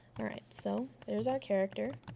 all right, so there's our character.